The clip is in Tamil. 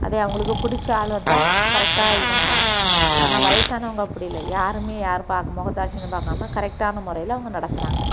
அதே அவங்களுக்கு புடிச்ச ஆள் வந்தால் கரெக்டாக இது பண்ணுறாங்க ஆனால் வயசானவங்க அப்படியில்ல யாருமே யாரை பார்க்க முகதாட்சாண்யம் பார்க்காம கரெக்டான மொறையில அவங்க நடத்துகிறாங்க